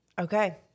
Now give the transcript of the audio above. okay